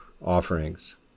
offerings